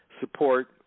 support